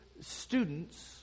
students